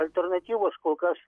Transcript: alternatyvos kol kas